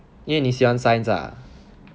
then 你喜欢 science ah